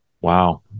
Wow